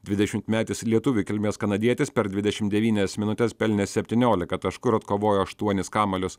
dvidešimtmetis lietuvių kilmės kanadietis per dvidešim devynias minutes pelnė septyniolika taškų ir atkovojo aštuonis kamalius